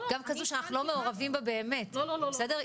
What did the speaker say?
גם כזו שאנחנו לא מעורבים בה באמת, בסדר?